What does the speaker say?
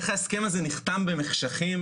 איך ההסכם הזה נחתם במחשכים,